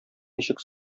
ничек